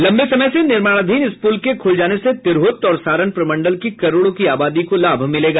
लंबे समय से निर्माणाधीन इस पुल के खुल जाने से तिरहुत और सारण प्रमंडल के करोड़ों की आबादी को लाभ मिलेगा